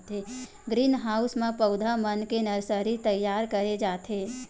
green house म पउधा मन के नरसरी तइयार करे जाथे